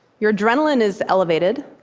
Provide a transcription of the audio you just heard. your adrenaline is elevated,